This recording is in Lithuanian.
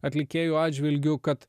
atlikėjų atžvilgiu kad